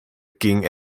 ging